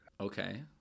Okay